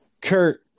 Kurt